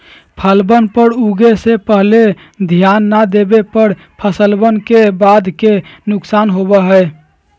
फसलवन पर उगे से पहले ध्यान ना देवे पर फसलवन के बाद के नुकसान होबा हई